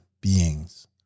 beings